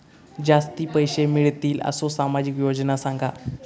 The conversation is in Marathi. जास्ती पैशे मिळतील असो सामाजिक योजना सांगा?